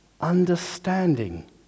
understanding